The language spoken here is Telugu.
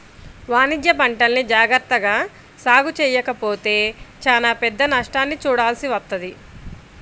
వాణిజ్యపంటల్ని జాగర్తగా సాగు చెయ్యకపోతే చానా పెద్ద నష్టాన్ని చూడాల్సి వత్తది